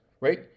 right